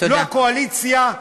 לא הקואליציה,